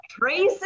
Tracy